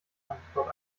antwort